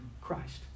Christ